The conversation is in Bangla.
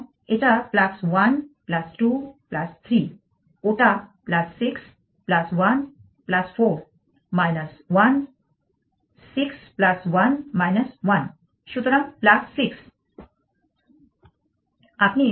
এবং এটা 1 2 3 ওটা 6 1 4 1 6 1 1 সুতরাং 6